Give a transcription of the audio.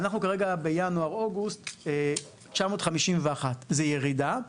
אנחנו כרגע בינואר עד אוגוסט עם 951. זו ירידה,